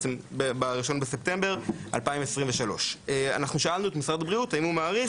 ב-1 בספטמבר 2023. שאלנו את משרד הבריאות האם הוא מעריך